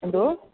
എന്തോ